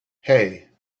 hey